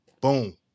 boom